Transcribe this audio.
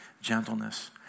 gentleness